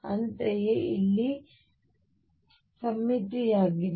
ಅಂತೆಯೇ ಇಲ್ಲಿ ಈ ಸಮ್ಮಿತಿಯಾಗಿದೆ